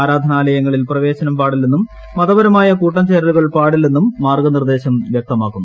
ആരാധനാലയങ്ങളിൽ പ്രവേശനം പാടില്ലെന്നും മതപരമായ കൂട്ടം ചേരലുകൾ പാടില്ലെന്നും മാർഗ്ഗ നിർദ്ദേശം വ്യക്തമാക്കുന്നു